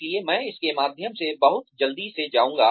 इसलिए मैं इसके माध्यम से बहुत जल्दी से जाऊँगा